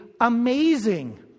amazing